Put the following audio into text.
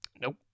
Nope